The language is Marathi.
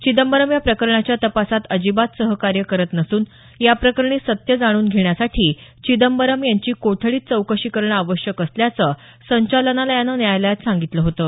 चिदंबरम या प्रकरणाच्या तपासात अजिबात सहकार्य करत नसून याप्रकरणी सत्य जाणून घेण्यासाठी चिदंबरम यांची कोठडीत चौकशी करणं आवश्यक असल्याचं संचालनालयानं न्यायालयात सांगितलं होतं